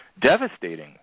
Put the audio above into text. devastating